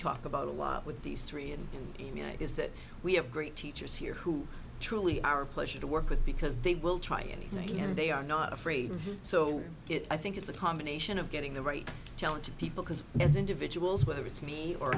talk about a lot with these three and is that we have great teachers here who truly our pleasure to work with because they will try anything and they are not afraid and so i think it's a combination of getting the right talent to people because as individuals whether it's me or